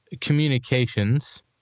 communications